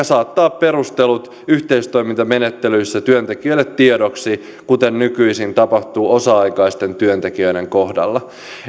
saattaa perustelut yhteistoimintamenettelyissä työntekijöille tiedoksi kuten nykyisin tapahtuu osa aikaisten työntekijöiden kohdalla